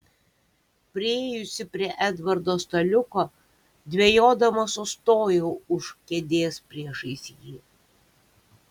priėjusi prie edvardo staliuko dvejodama sustojau už kėdės priešais jį